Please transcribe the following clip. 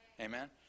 amen